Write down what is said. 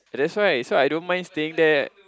ya that's why I don't mind staying there